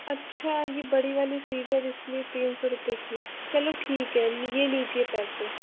अच्छा यह बड़ी वाली सीज़र इसमें तीन सौ रुपए की चलो ठीक है यह लीजिए पैसे